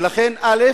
ולכן: א.